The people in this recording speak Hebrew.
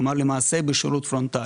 כלומר בשירות הפרונטאלי,